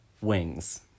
Wings